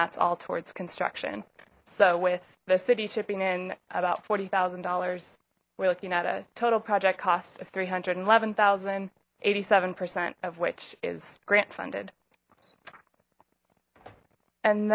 that's all towards construction so with the city chipping in about forty thousand dollars we're looking at a total project cost of three hundred and eleven thousand eighty seven percent of which is grant funded and